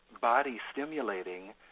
body-stimulating